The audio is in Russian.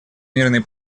мирный